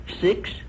Six